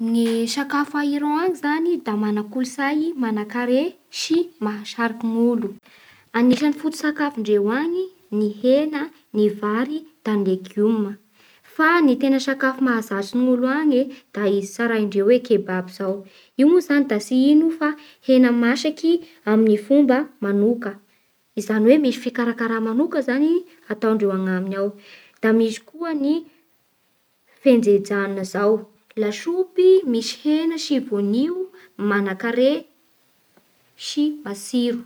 Ny sakafo a Iran any zany da mana kolotsay manakare sy mahasariky gny olo. Anisan'ny fototsakafo ndreo any ny hena, ny vary, da ny legima Fa ny tena sakafo mahazatsy gne olo any e da izy tsaraindreo hoe kebab zao Io moa zany da tsy ino fa hena masaky amin'gne fomba manoka. Izany hoe misy fikarakara manoka zany e atao ndreo anaminy ao Da misy koa ny fenjedja, lasopy misy hena, voania, manakare sy matsiro